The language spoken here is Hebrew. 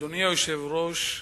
אדוני היושב-ראש,